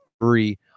three